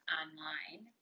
online